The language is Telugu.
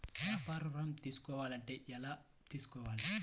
వ్యాపార ఋణం తీసుకోవాలంటే ఎలా తీసుకోవాలా?